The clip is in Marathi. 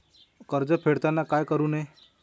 कर्ज फेडताना काय करु नये?